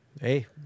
Hey